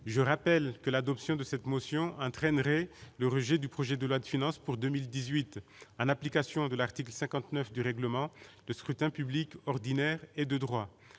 je rappelle que l'adoption de cette motion entraînerait le rejet du projet de la de finances pour 2018, en application de l'article 59 du règlement de scrutin public ordinaire et de droit,